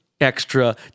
extra